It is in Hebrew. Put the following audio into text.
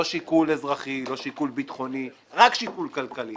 לא שיקול אזרחי, לא שיקול ביטחוני, רק שיקול כלכלי